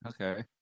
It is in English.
Okay